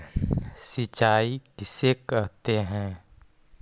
सिंचाई किसे कहते हैं?